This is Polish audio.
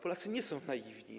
Polacy nie są naiwni.